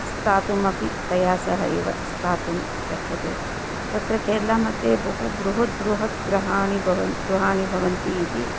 स्थातुमपि तया सह एव स्थातुं शक्यते तत्र केर्लामध्ये बहु बृहद् बृहद् गृहाणि भवन्ति गृहाणि भवन्ति इति